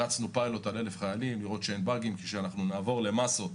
הרצנו פיילוט על אלף חיילים לראות שאין באגים כי נעבור למאסות.